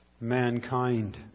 mankind